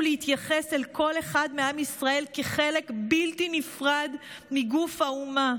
עלינו להתייחס אל כל אחד מעם ישראל כחלק בלתי נפרד מגוף האומה,